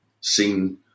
seen